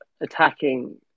attacking